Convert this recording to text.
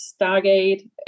Stargate